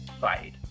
fight